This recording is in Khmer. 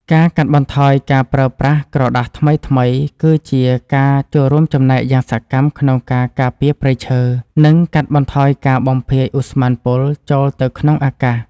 ការកាត់បន្ថយការប្រើប្រាស់ក្រដាសថ្មីៗ គឺជាការចូលរួមចំណែកយ៉ាងសកម្មក្នុងការការពារព្រៃឈើ និង កាត់បន្ថយការបំភាយឧស្ម័នពុលចូលទៅក្នុងអាកាស។